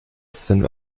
sind